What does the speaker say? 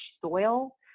soil